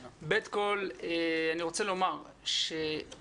ב', אני רוצה לומר שמבחינתי,